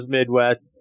Midwest